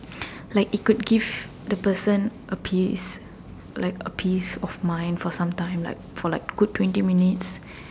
like it could give the person a peace like a peace of mind for sometime like for like good twenty minutes